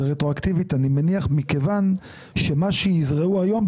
אני מניח שזה רטרואקטיבית מכיוון שמה שיזרעו היום,